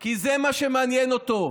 כי זה מה שמעניין אותו.